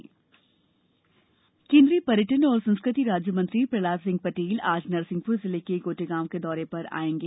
पटेल दौरा कन्द्रीय पर्यटन और संस्कृति राज्य मंत्री प्रहलाद सिंह पटेल आज नरसिंहपुर जिले के गोटेगांव के दौरे पर आएंगे